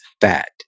fat